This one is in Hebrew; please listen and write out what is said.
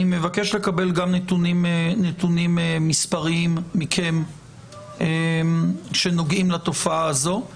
אני גם אבקש לקבל נתונים מספריים מכם שנוגעים לתופעה הזו,